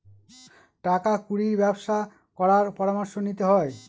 টাকা কুড়ির ব্যবসা করার পরামর্শ নিতে হয়